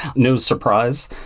no surprise.